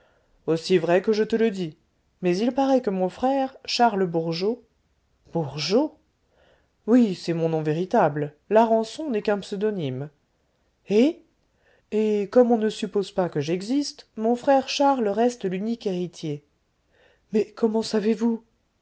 aussi vrai que je te le dis mais il paraît que mon frère charles bourgeot bourgeot oui c'est mon nom véritable larençon n'est qu'un pseudonyme et et comme on ne suppose pas que j'existe mon frère charles reste l'unique héritier mais comment savez-vous